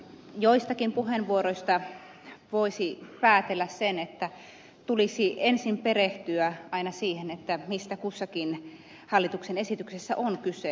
joistakin puheenvuoroista voisi päätellä sen että tulisi ensin perehtyä aina siihen mistä kussakin hallituksen esityksessä on kyse